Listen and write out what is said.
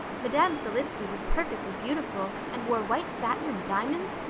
madame selitsky was perfectly beautiful, and wore white satin and diamonds.